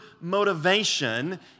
motivation